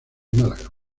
málaga